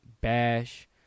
Bash